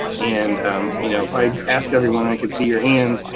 and you know if i ask everyone, i could see your hands,